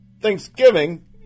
thanksgiving